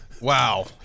wow